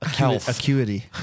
acuity